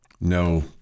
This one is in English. No